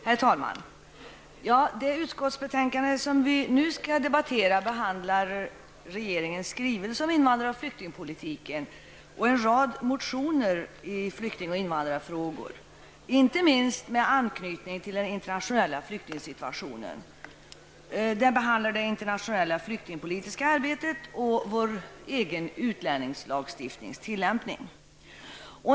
Herr talman! Det utskottsbetänkande vi nu skall debattera behandlar regeringens skrivelse om invandrar och flyktingpolitiken och en rad motioner i flykting och invandrarfrågor, inte minst med anknytning till den internationella flyktingsituationen, det internationella flyktingpolitiska arbetet och vår egen utlänningslagstiftnings tillämpning.